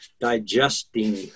digesting